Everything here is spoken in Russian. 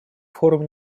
форум